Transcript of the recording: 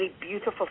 beautiful